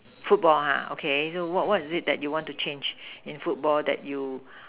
football ah okay so what what is it that you want to change in football that you